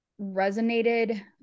resonated